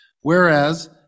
Whereas